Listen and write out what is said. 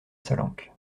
salanque